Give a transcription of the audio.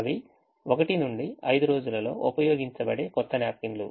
అవి 1 నుండి 5 రోజులలో ఉపయోగించబడే కొత్త న్యాప్కిన్లు